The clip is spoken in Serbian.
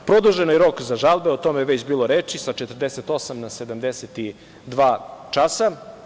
Produžen je rok za žalbe, o tome je već bilo reči, sa 48 na 72 časa.